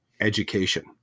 education